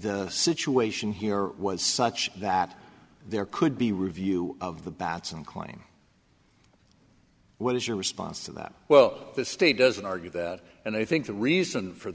the situation here was such that there could be review of the bateson claim what is your response to that well the state doesn't argue that and i think the reason for